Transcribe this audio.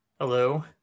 Hello